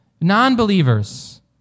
non-believers